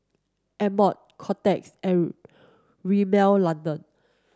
Amore Kotex Rimmel London